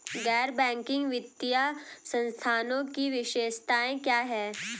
गैर बैंकिंग वित्तीय संस्थानों की विशेषताएं क्या हैं?